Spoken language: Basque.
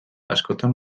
askotan